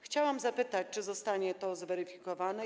Chciałam zapytać: Czy zostanie to zweryfikowane?